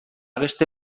beste